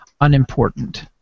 Unimportant